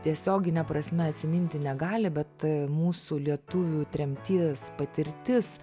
tiesiogine prasme atsiminti negali bet mūsų lietuvių tremties patirtis